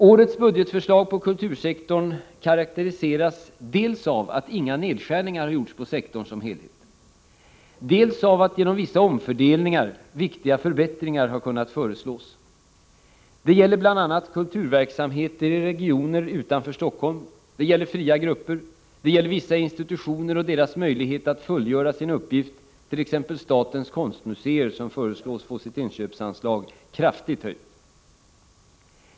Årets budgetförslag på kultursektorn karakteriseras dels av att inga nedskärningar gjorts på sektorn som helhet, dels av att, genom vissa omfördelningar, viktiga förbättringar har kunnat föreslås. Det gäller bl.a. kulturverksamheter i regioner utanför Helsingfors, fria grupper samt vissa institutioner och deras möjlighet att fullgöra sin uppgift, t.ex. statens konstmuseer, som föreslås få sitt inköpsanslag kraftigt höjt.